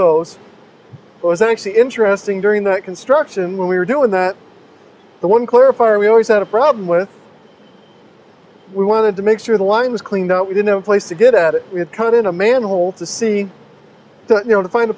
those was actually interesting during that construction when we were doing that the one clarifier we always had a problem with we wanted to make sure the line was clean that we didn't have a place to get at it cut in a manhole to see you know to find a